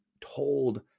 told